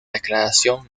declaración